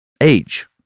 Age